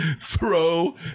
throw